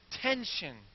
tension